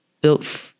built